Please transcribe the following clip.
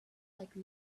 like